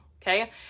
Okay